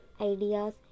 ideas